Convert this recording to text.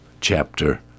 chapter